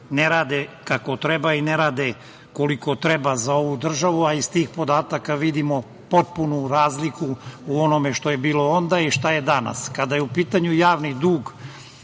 ne rade kako i koliko treba za ovu državu, a iz tih podataka vidimo potpunu razliku u onome što je bilo onda i šta je danas. Kada je u pitanju javni dug,